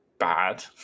bad